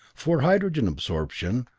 for hydrogen absorption,